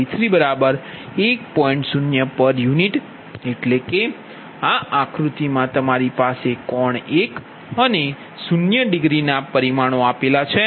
u એટલે કે આ આકૃતિમાં તમારી પાસે કોણ 1 અને 0 ડિગ્રીની પરિમાણ છે